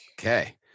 Okay